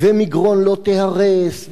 ומגרון לא תיהרס,